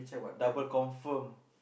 double confirm